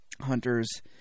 hunters